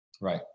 right